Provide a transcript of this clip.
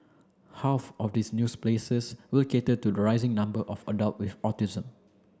half of these news places will cater to the rising number of adult with autism